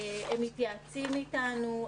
הם מתייעצים אתנו.